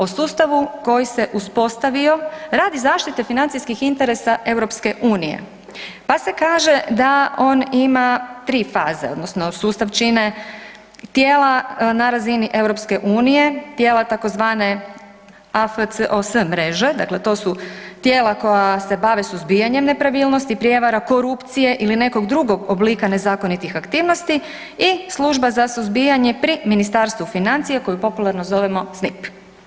O sustavu koji se uspostavio radi zaštite financijskih interesa EU pa se kaže da on ima 3 faze, odnosno sustav čine tijela na razini EU, tijela tzv. AFCOS mreže, dakle to su tijela koja se bave suzbijanjem nepravilnosti, prijevara, korupcije ili nekog drugog oblika nezakonitih aktivnosti i Služba za suzbijanje pri Ministarstvu financija koju popularno zovemo SSNIP.